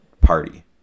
party